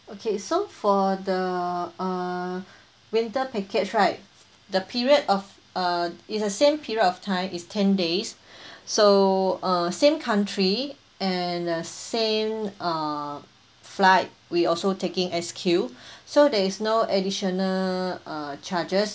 okay so for the uh winter package right the period of uh it's the same period of time it's ten days so uh same country and the same uh flight we also taking S_Q so there is no additional uh charges